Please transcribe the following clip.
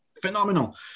phenomenal